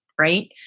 right